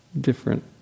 different